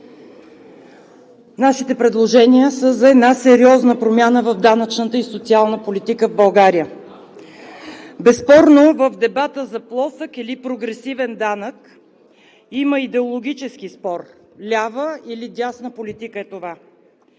Нашите предложения са за сериозна промяна в данъчната и социалната политика в България. Безспорно, в дебата за плосък или прогресивен данък има идеологически спор – лява или дясна политика е това?